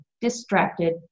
Distracted